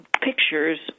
pictures